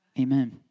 Amen